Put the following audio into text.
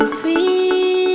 free